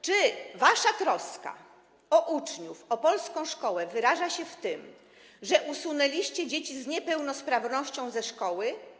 Czy wasza troska o uczniów, o polską szkołę wyraża się w tym, że usunęliście dzieci z niepełnosprawnościami ze szkoły?